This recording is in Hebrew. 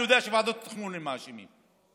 אני יודע שוועדות התכנון הן האשמות.